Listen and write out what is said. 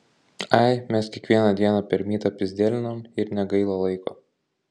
ai mes kiekvieną dieną per mytą pyzdėlinam ir negaila laiko